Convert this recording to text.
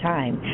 Time